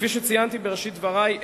כפי שציינתי בראשית דברי,